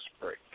break